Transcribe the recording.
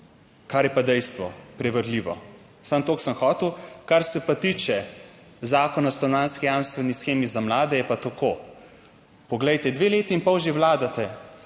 kar je pa dejstvo preverljivo. Samo toliko sem hotel. Kar se pa tiče Zakona o stanovanjski jamstveni shemi za mlade, je pa tako, poglejte, dve leti in pol že vladate,